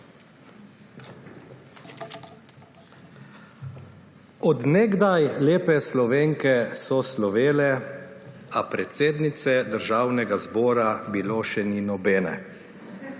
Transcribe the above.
Od nekdaj lepe Slovenke so slovele, a predsednice Državnega zbora bilo še ni nobene.